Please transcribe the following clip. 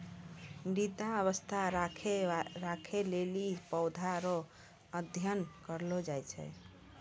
मृदा स्वास्थ्य राखै लेली पौधा रो अध्ययन करलो जाय छै